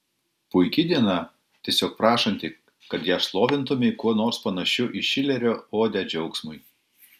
puiki diena tiesiog prašanti kad ją šlovintumei kuo nors panašiu į šilerio odę džiaugsmui